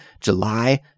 July